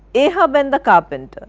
ahab and the carpenter,